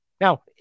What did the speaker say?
Now